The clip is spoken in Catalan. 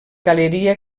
galeria